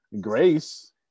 Grace